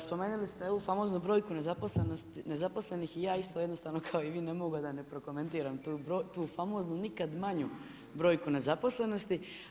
Spomenuli ste ovu famoznu brojku nezaposlenih i ja isto jednako kao i vi ne mogu a da ne prokomentiram tu famoznu nikad manju brojku nezaposlenosti.